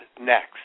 next